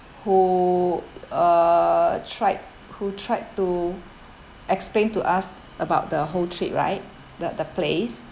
who uh tried who tried to explain to us about the whole trip right the the place